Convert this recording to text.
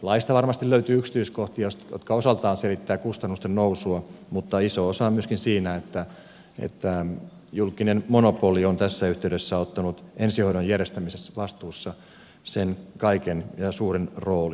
laista varmasti löytyy yksityiskohtia jotka osaltaan selittävät kustannusten nousua mutta iso osa on myöskin siinä että julkinen monopoli on tässä yhteydessä ottanut ensihoidon järjestämisvastuussa sen kaiken suuren roolin